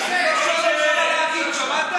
אני לא שואל אותך מה להגיד, שמעת?